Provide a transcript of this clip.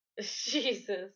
Jesus